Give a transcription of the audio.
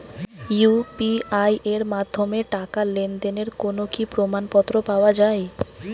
UPI এর মাধ্যমে টাকা লেনদেনের কোন কি প্রমাণপত্র পাওয়া য়ায়?